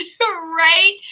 Right